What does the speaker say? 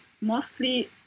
mostly